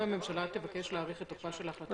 אם הממשלה תבקש להאריך את תוקפה של ההחלטה,